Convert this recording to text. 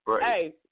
Hey